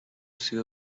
siwe